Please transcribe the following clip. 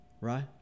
right